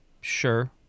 Sure